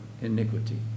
iniquity